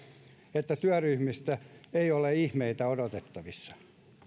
että työryhmistä ei ole ihmeitä odotettavissa